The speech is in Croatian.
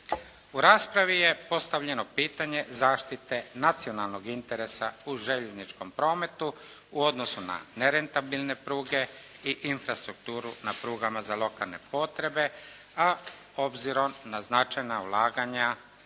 U raspravi je postavljeno pitanje zaštite nacionalnog interesa u željezničkom prometu u odnosu na nerentabilne pruge i infrastrukturu na prugama za lokalne potrebe, a obzirom na značajna ulaganja